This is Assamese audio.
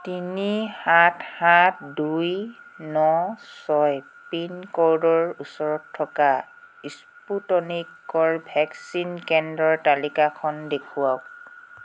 তিনি সাত সাত দুই ন ছয় পিনক'ডৰ ওচৰত থকা স্পুটনিকৰ ভেকচিন কেন্দ্ৰৰ তালিকাখন দেখুৱাওক